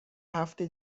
هفته